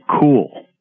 cool